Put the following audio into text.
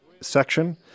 section